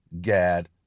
Gad